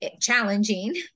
challenging